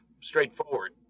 straightforward